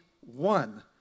one